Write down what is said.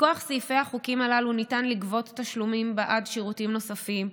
מכוח סעיפי החוקים הללו ניתן לגבות תשלומים בעד שירותים נוספים,